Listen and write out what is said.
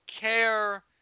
care